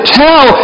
tell